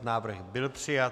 Návrh byl přijat.